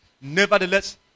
Nevertheless